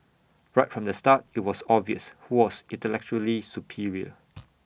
right from the start IT was obvious who was intellectually superior